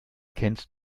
kennst